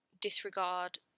disregard